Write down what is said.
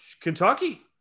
Kentucky